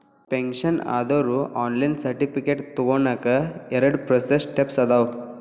pension ಆದೋರು online certificate ತೊಗೋನಕ ಎರಡ ಪ್ರೋಸೆಸ್ ಸ್ಟೆಪ್ಸ್ ಅದಾವ